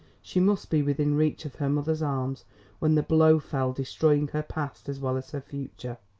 she must be within reach of her mother's arms when the blow fell destroying her past as well as her future.